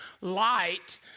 light